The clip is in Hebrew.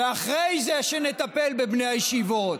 ואחרי זה שנטפל בבני הישיבות.